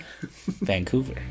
Vancouver